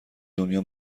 دنیا